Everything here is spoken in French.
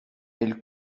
elle